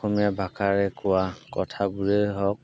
অসমীয়া ভাষাৰে কোৱা কথাবোৰেই হওক